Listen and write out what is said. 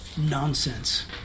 Nonsense